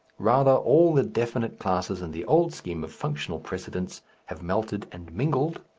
rather all the definite classes in the old scheme of functional precedence have melted and mingled,